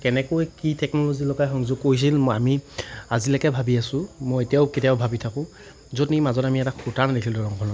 কেনেকৈ কি টেকন'লজি লগাই সংযোগ কৰিছিল আমি আজিলৈকে ভাবি আছোঁ মই এতিয়াও কেতিয়াবা ভাবি থাকোঁ য'ত নেকি মাজত আমি এটাও খুটাও নেদেখিলোঁ দলঙখনত